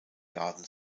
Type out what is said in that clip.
garden